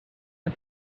ein